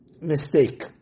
mistake